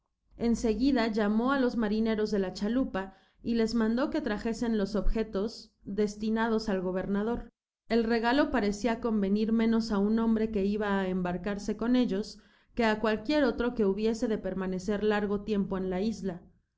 segnida llamó á los marineros de la chalupa y les mandó que trajesen los objetos destinados al gobernador el regalo parecia convenir menos á un hombre que iba á embarcarse con ellos qne á cualquier otro que hubiese de permanecer largo tiempo en la isla